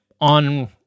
on